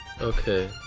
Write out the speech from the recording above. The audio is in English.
Okay